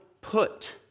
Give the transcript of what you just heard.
put